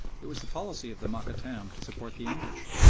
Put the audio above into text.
it was the policy of the mokattam to support the english,